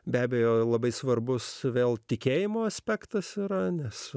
be abejo labai svarbus vėl tikėjimo aspektas yra nes